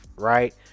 Right